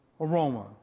aroma